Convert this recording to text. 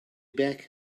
back